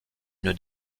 une